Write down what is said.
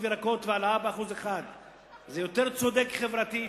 וירקות ואת ההעלאה של 1%. זה יותר צודק חברתית,